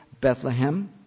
Bethlehem